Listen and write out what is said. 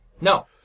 No